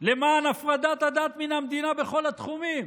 למען הפרדת הדת מהמדינה בכל התחומים.